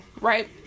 right